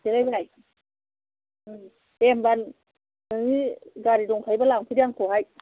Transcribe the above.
देलायबोनाय दे होनबा नोंनि गारि दंखायोबा लांफैदो आंखौहाय